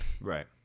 Right